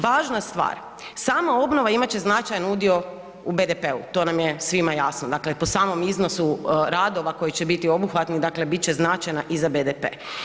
Važna stvar, sama obnova imat će značajan udio u BDP-u, to nam je svima jasno, dakle po samom iznosu radova koji će biti obuhvatni, dakle bit će značajna i za BDP.